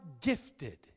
gifted